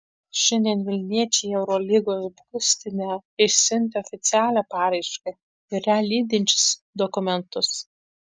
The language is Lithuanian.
šiandien vilniečiai į eurolygos būstinę išsiuntė oficialią paraišką ir ją lydinčius dokumentus